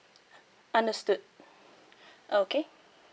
understood okay